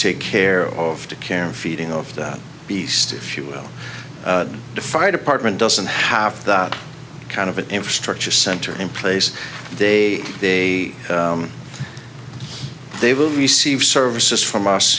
take care of the care and feeding of that beast if you will the fire department doesn't have that kind of an infrastructure center in place they they they will receive services from us